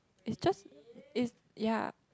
it's just ya